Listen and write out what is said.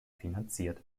finanziert